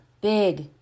big